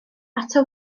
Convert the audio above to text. ato